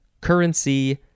currency